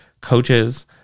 coaches